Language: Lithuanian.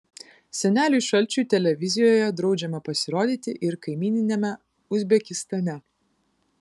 seneliui šalčiui televizijoje draudžiama pasirodyti ir kaimyniniame uzbekistane